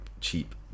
cheap